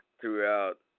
throughout